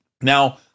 Now